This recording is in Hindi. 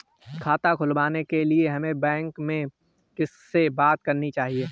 खाता खुलवाने के लिए हमें बैंक में किससे बात करनी चाहिए?